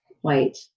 white